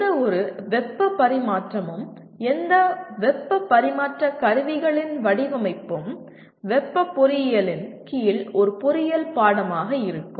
எந்தவொரு வெப்ப பரிமாற்றமும் எந்த வெப்ப பரிமாற்ற கருவிகளின் வடிவமைப்பும் வெப்ப பொறியியலின் கீழ் ஒரு பொறியியல் பாடமாக இருக்கும்